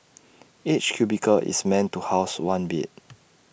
each cubicle is meant to house one bed